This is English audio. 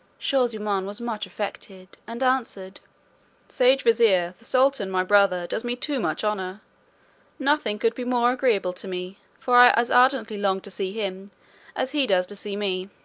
shaw-zummaun was much affected, and answered sage vizier, the sultan my brother does me too much honour nothing could be more agreeable to me, for i as ardently long to see him as he does to see me.